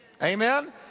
Amen